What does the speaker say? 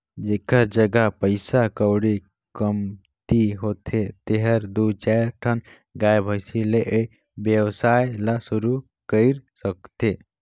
जेखर जघा पइसा कउड़ी कमती होथे तेहर दू चायर ठन गाय, भइसी ले ए वेवसाय ल सुरु कईर सकथे